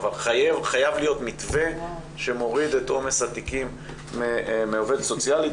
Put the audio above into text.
אבל חייב להיות מתווה שמוריד את עומס התיקים מעובדת סוציאלית.